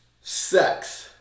sex